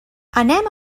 anem